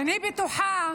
אני בטוחה